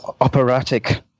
operatic